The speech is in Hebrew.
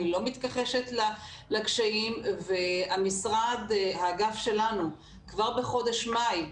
אני לא מתכחשת לקשיים והאגף שלנו כבר בחודש מאי,